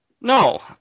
No